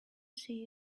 see